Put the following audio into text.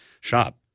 shop